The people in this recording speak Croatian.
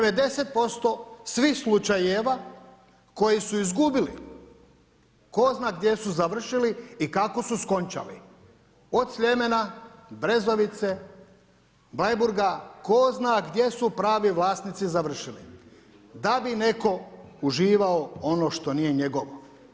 90% svih slučajeva koji su izgubili tko zna gdje su završili i kako su skončali od Sljemena, Brezovice, Bleiburga, tko zna gdje su pravi vlasnici završili da bi neko uživao ono što nije njegovo.